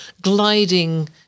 gliding